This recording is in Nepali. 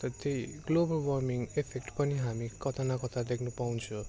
त त्यही ग्लोबल वार्मिङ इफेक्ट पनि हामी कता न कता देख्न पाउँछौँ